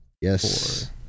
Yes